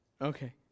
Okay